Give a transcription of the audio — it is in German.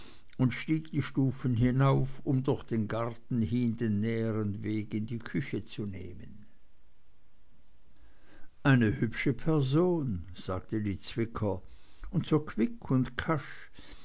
und stieg die stufen hinunter um durch den garten hin den näheren weg in die küche zu nehmen eine hübsche person sagte die zwicker und so quick und kasch